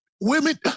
women